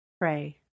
pray